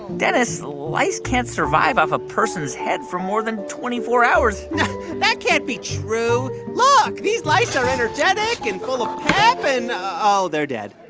dennis, lice can't survive off a person's head for more than twenty four hours that can't be true. look. these lice are energetic and full of pep and oh, they're dead